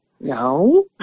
No